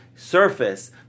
Surface